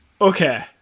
Okay